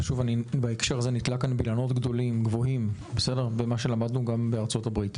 ובהקשר הזה אני נתלה כאן באילנות גבוהים במה שלמדנו גם בארצות הברית,